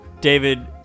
David